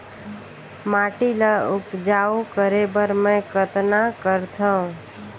माटी ल उपजाऊ करे बर मै कतना करथव?